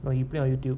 no you play on youtube